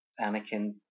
Anakin